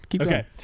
okay